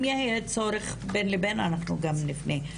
אם יהיה צורך בין לבין, אנחנו גם נפנה.